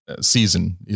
season